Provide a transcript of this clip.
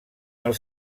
els